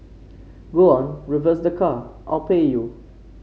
go on reverse the car I'll pay you